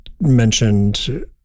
mentioned